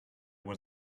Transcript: were